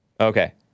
Okay